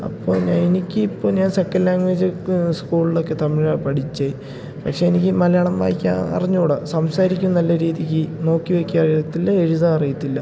അപ്പോൾ ഞാൻ എനിക്കിപ്പോൾ ഞാൻ സെക്കൻഡ് ലാംഗ്വേജ് ക് സ്കൂളിലൊക്കെ തമിഴാണ് പഠിച്ചത് പക്ഷെ എനിക്ക് മലയാളം വായിക്കാൻ അറിഞ്ഞൂ കൂടാ സംസാരിക്കും നല്ല രീതിക്ക് നോക്കി വായിക്കാൻ അറിയത്തില്ല എഴുതാൻ അറിയത്തില്ല